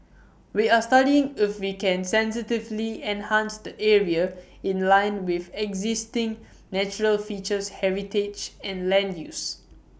we are studying if we can sensitively enhance the area in line with existing natural features heritage and land use